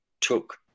took